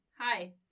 Hi